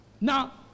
Now